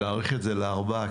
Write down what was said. שנאריך את זה לארבעה חודשים,